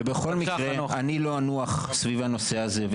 ובכל מקרה אני לא אנוח סביב הנושא הזה,